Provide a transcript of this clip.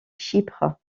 chypre